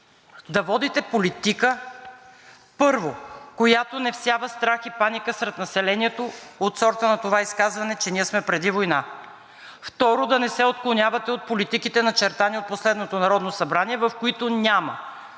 да водите политика: първо, която не всява страх и паника сред населението от сорта на това изказване, че ние сме преди война; второ, да не се отклонявате от политиките, начертани от последното Народно събрание, в които няма